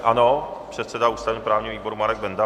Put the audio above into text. Ano, předseda ústavněprávního výboru Marek Benda.